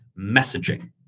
messaging